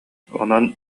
онон